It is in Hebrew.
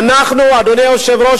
אדוני היושב-ראש,